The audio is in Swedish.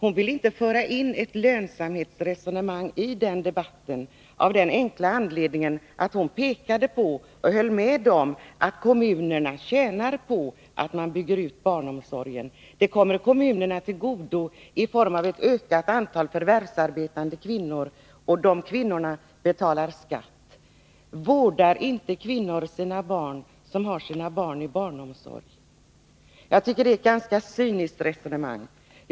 Hon ville inte föra in ett lönsamhetsresonemang i den debatten — av den enkla anledningen att hon pekade på och höll med om att kommunerna tjänar på att man bygger ut barnomsorgen. Det kommer kommunerna till godo i form av ett ökat antal förvärvsarbetande kvinnor, och de kvinnorna betalar skatt. Vårdar inte kvinnor sina barn som har sina barn i barnomsorg? Jag tycker att det är ett ganska cyniskt resonemang som Gösta Andersson för.